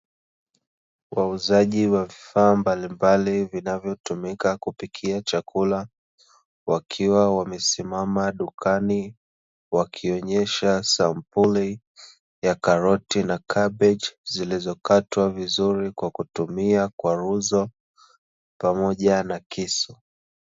Wauzaji wa vifaa mbalimbali vinavyotumika kupikia chakula, wakiwa wamesimama dukani wakionyesha sampuli ya karoti na kabeji zilizokatwa vizuri kwa kutumia kwaruzo pamoja na kisu.